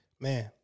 Man